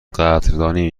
قدردانی